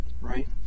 right